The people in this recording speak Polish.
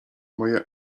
moja